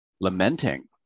lamenting